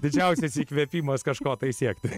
didžiausias įkvėpimas kažko tai siekti